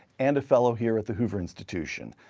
and a fellow here at the hoover institution.